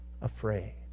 Afraid